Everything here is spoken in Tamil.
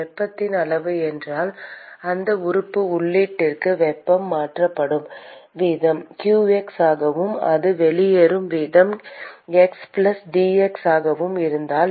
வெப்பத்தின் அளவு என்றால் அந்த உறுப்பு உள்ளீட்டிற்கு வெப்பம் மாற்றப்படும் வீதம் qx ஆகவும் அது வெளியேறும் வீதம் xdx ஆகவும் இருந்தால்